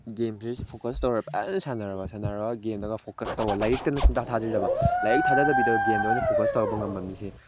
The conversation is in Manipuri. ꯒꯦꯝꯁꯦ ꯐꯣꯀꯁ ꯇꯧꯔ ꯐꯖꯅ ꯁꯥꯟꯅꯔꯕ ꯁꯥꯟꯅꯔꯕ ꯒꯦꯝꯗꯒ ꯐꯣꯀꯁ ꯇꯧꯔꯒ ꯂꯥꯏꯔꯤꯛꯇꯅ ꯁꯨꯡꯊꯥ ꯊꯥꯗꯗꯕ ꯂꯥꯏꯔꯤꯛꯇ ꯊꯥꯗꯗꯕꯤꯗ ꯒꯦꯝꯗ ꯑꯣꯏꯅ ꯐꯣꯀꯁ ꯇꯧꯕ ꯉꯝꯕ ꯃꯤꯁꯦ